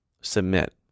submit